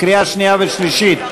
לקריאה שנייה ושלישית.